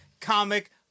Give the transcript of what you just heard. comic